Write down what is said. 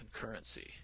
concurrency